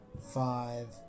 five